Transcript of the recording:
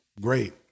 Great